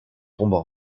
tombent